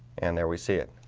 and there we see it